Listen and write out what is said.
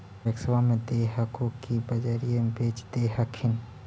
पैक्सबा मे दे हको की बजरिये मे बेच दे हखिन?